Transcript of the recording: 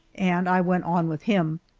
and i went on with him.